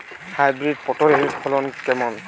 Hybrid পটলের ফলন কেমন?